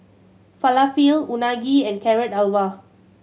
Falafel Unagi and Carrot Halwa